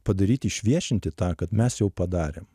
padaryti išviešinti tą kad mes jau padarėm